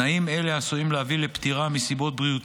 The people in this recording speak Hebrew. תנאים אלה עשויים להביא לפטירה מסיבות בריאותיות,